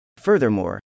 Furthermore